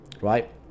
right